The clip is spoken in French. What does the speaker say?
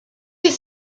ses